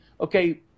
okay